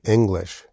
English